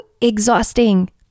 exhausting